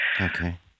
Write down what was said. Okay